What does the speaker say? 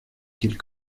qu’ils